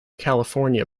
california